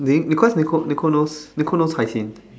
they cause Nicole Nicole knows Nicole knows Haixin